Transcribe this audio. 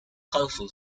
colorful